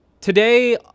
today